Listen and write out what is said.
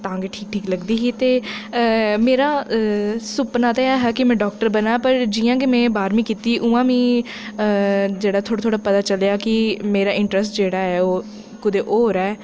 तां गै ठीक ठाक लगदी ही ते मेरा सुपना ते ऐहा की में डाक्टर बना पर जि'यां गै में बाह्रमीं कीती उ'आं मिगी जेह्ड़ा थोह्ड़ा थोह्ड़ा पता चलेआ कि मेरा इंटरैस्ट जेह्ड़ा ऐ ओह् कुतै होर ऐ